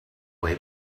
way